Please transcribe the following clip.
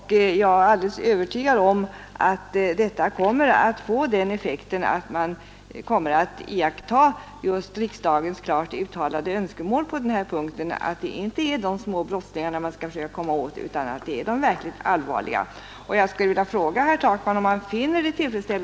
Jag är övertygad om att man också kommer att följa riksdagens klart uttalade önskemål på denna punkt, innebärande att det inte är de små brottslingarna som man vill komma åt, utan de verkligt allvarliga förbrytarna. Jag skulle vilja ställa en direkt fråga till herr Takman.